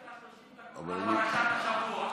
יש לך 30 דקות על פרשת השבוע.